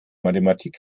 mathematik